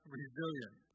resilient